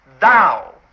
thou